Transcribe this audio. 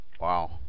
wow